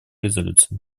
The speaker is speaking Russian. резолюции